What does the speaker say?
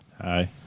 hi